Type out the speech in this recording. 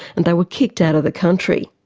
and they were kicked out of the country.